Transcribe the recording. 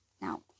Now